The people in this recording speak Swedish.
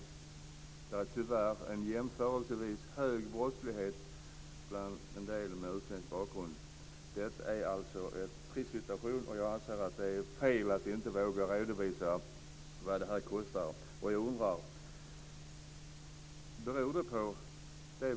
Tyvärr finns det en jämförelsevis hög brottslighet bland en del med utländsk bakgrund. Detta är alltså en krissituation, och jag anser att det är fel att inte våga redovisa vad detta kostar. Jag undrar vad det beror på.